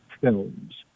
Films